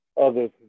others